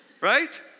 Right